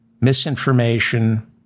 misinformation